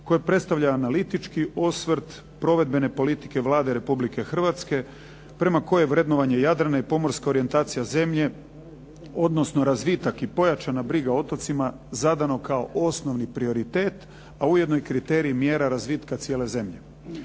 koje predstavlja analitički osvrt provedbene politike Vlade Republike Hrvatske prema koje vrednovanje Jadrana i pomorska orijentacija zemlje, odnosno razvitak i pojačana briga o otocima zadano kao osnovni prioritet, a ujedno kriterij mjera razvitka cijele zemlje.